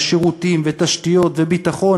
שירותים ותשתיות וביטחון,